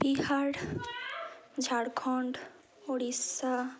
Bihar Jharkhand Odisha